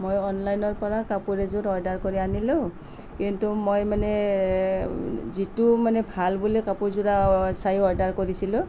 মই অনলাইনৰ পৰা কাপোৰ এযোৰ অৰ্ডাৰ কৰি আনিলোঁ কিন্তু মই মানে যিটো মানে ভাল বুলি কাপোৰযোৰা চাই অৰ্ডাৰ কৰিছিলোঁ